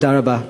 תודה רבה.